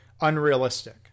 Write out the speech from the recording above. unrealistic